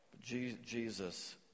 Jesus